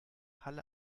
halle